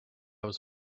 was